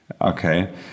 Okay